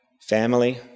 family